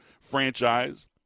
franchise